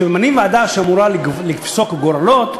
כשממנים ועדה שאמורה לפסוק גורלות,